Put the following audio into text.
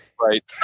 right